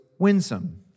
winsome